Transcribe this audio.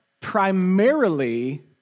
primarily